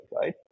Right